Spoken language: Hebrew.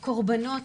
קורבנות,